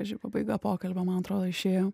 graži pabaiga pokalbio man atrodo išėjo